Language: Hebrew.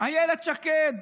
אילת שקד,